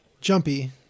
Jumpy